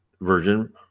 Virgin